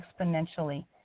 exponentially